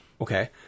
Okay